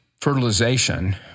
fertilization